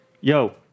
Yo